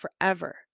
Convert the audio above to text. forever